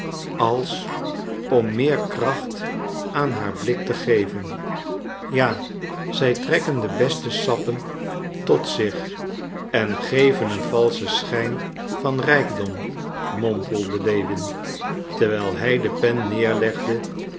als om meer kracht aan haar blik te geven ja zij trekken de beste sappen tot zich en geven een valschen schijn van rijkdom mompelde lewin terwijl hij de pen neerlegde